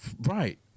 Right